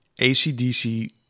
ACDC